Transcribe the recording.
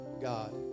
God